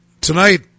Tonight